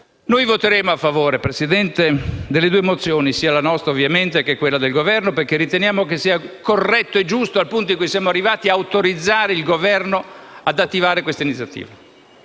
Noi voteremo a favore, signor Presidente, delle due risoluzioni, sia la nostra che quella del Governo, perché riteniamo che sia corretto e giusto, al punto in cui siamo arrivati, autorizzare il Governo ad attivare queste iniziative.